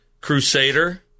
Crusader